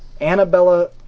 annabella